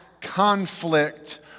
conflict